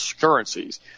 currencies